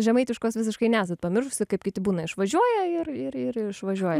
žemaitiškos visiškai nesat pamiršusi kaip kiti būna išvažiuoja ir ir ir ir išvažiuoja